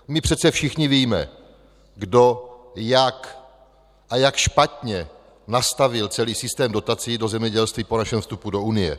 My přece všichni víme, kdo, jak a jak špatně nastavil celý systém dotací do zemědělství po našem vstupu do Unie.